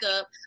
up